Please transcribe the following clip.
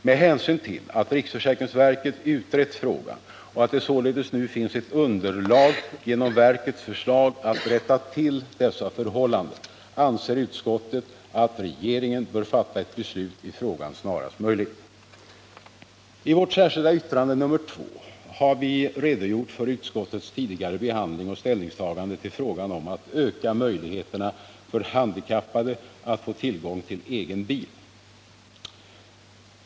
Med hänsyn till att riksförsäkringsverket utrett frågan och att det således nu finns ett underlag genom verkets förslag att rätta till dessa förhållanden anser utskottet att regeringen bör fatta ett beslut i frågan snarast möjligt. I vårt särskilda yttrande nr 2 har vi redogjort för utskottets tidigare behandling och ställningstagande till frågan om att öka möjligheterna för handikappade att få tillgång till egen bil.